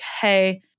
hey